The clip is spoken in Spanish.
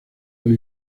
del